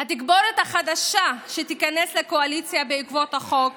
התגבורת החדשה שתיכנס לקואליציה בעקבות החוק